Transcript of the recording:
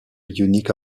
unique